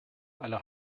aller